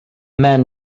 men